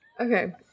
Okay